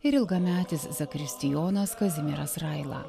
ir ilgametis zakristijonas kazimieras raila